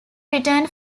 returned